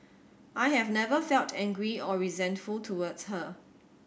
I have never felt angry or resentful towards her